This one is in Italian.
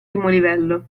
livello